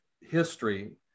history